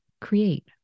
create